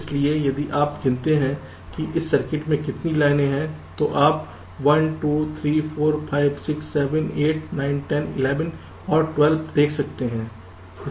इसलिए यदि आप गिनते हैं कि एक सर्किट में कितनी लाइनें हैं तो आप 1 2 3 4 5 6 7 7 9 10 11 और 12 देख सकते हैं